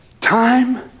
Time